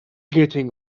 getting